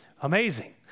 amazing